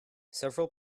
several